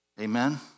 Amen